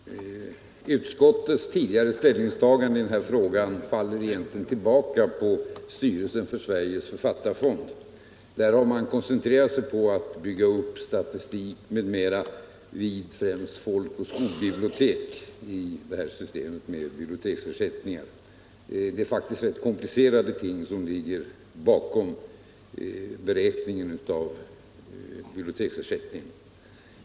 Herr talman! Utskottets tidigare ställningstagande i denna fråga faller egentligen tillbaka på styrelsen för Sveriges författarfond, där man har koncentrerat sig på att bygga upp statistik m.m. vid främst folkoch skolbibliotek i systemet med biblioteksersättningar. Det är faktiskt rätt komplicerade ting som ligger bakom beräkningen av biblioteksersättningarna.